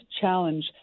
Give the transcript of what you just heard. challenge